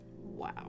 Wow